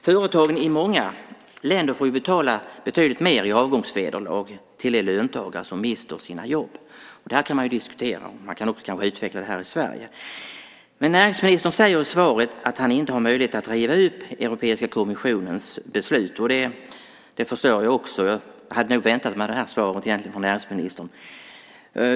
Företagen i många länder får betala betydligt mer i avgångsvederlag till de löntagare som mister sina jobb. Och man kan diskutera om detta kanske också skulle kunna utvecklas här i Sverige. Men näringsministern säger i svaret att han inte har möjlighet att riva upp Europeiska kommissionens beslut, och det förstår jag. Jag hade nog egentligen väntat mig det svaret från näringsministern.